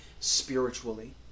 spiritually